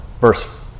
verse